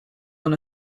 than